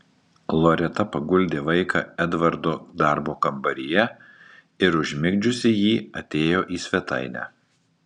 loreta paguldė vaiką edvardo darbo kambaryje ir užmigdžiusi jį atėjo į svetainę